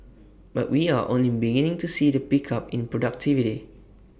but we are only beginning to see the pickup in productivity